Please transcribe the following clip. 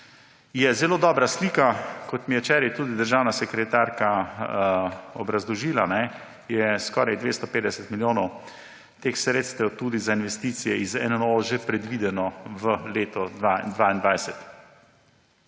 je zelo dobra slika. Kot mi je včeraj tudi državna sekretarka obrazložila, je skoraj 250 milijonov teh sredstev tudi za investicije iz NOO že predvideno v letu 2022.